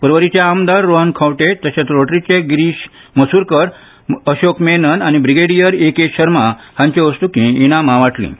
परवरीचे आमदार रोहन खंवटे तशेंच रोटरीचे गिरीस मसुरकार अशोक मेनन आनी ब्रिगेडियर एके शर्मा हांचे हस्तुकीं इनामां भेटयलीं